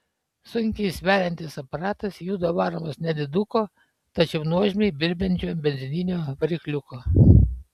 sunkiai sveriantis aparatas juda varomas nediduko tačiau nuožmiai birbiančio benzininio varikliuko